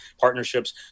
partnerships